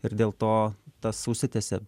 ir dėl to tas užsitęsia